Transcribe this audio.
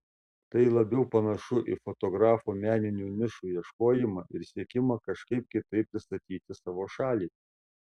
tai labiau panašu į fotografo meninių nišų ieškojimą ir siekimą kažkaip kitaip pristatyti savo šalį